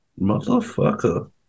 Motherfucker